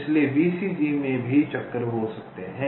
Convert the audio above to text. इसलिए VCG में भी चक्र हो सकते हैं